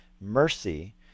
Mercy